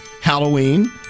Halloween